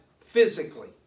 physically